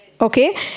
okay